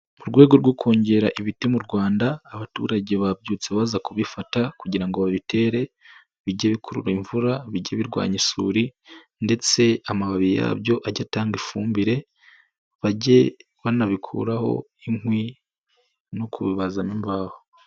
Mu rwego rwo kongera ibiti mu Rwanda, abaturage babyutse baza kubifata, kugira ngo babitere bijye bikurura imvura, bijye birwanya isuri, ndetse amababi yabyo ajye atanga ifumbire, bajye banabikuraho inkwi no kubizamo imbaho.